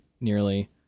nearly